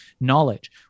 Knowledge